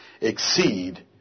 exceed